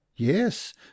yes